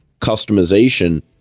customization